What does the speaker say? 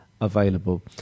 available